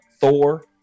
thor